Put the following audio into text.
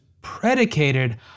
predicated